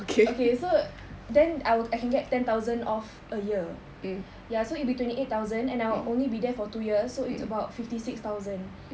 okay so then I would I can get ten thousand off a year ya so it'll be twenty eight thousand and I'll only be there for two years so it's about fifty six thousand